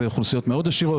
אלה אוכלוסיות מאוד עשירות.